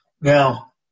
Now